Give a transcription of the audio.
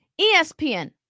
ESPN